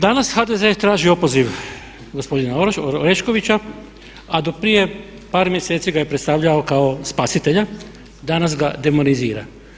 Danas HDZ traži opoziv gospodina Oreškovića a do prije par mjeseci ga je predstavljao kao spasitelja, danas ga demoralizira.